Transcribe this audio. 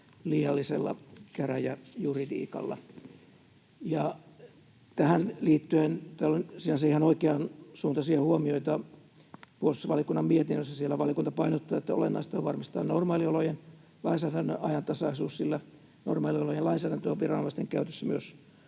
liiallisella käräjäjuridiikalla. [Mika Kari: Juuri näin!] Tähän liittyen on sinänsä ihan oikeansuuntaisia huomioita täällä puolustusvaliokunnan mietinnössä. Siellä valiokunta painottaa, että olennaista on varmistaa normaaliolojen lainsäädännön ajantasaisuus, sillä normaaliolojen lainsäädäntöä on viranomaisten käytössä myös